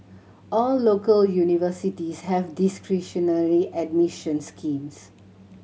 all local universities have discretionary admission schemes